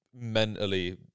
mentally